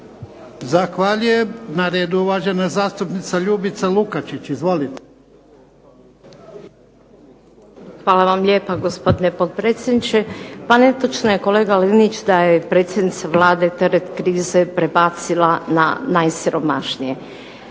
Zahvaljujem. Na redu je uvažena zastupnica Ljubica Lukačić. Izvolite. **Lukačić, Ljubica (HDZ)** Hvala vam lijepa gospodine potpredsjedniče. Pa netočno je kolega Linić da je predsjednica Vlade teret krize prebacila na najsiromašnije.